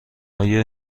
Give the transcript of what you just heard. آیا